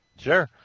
Sure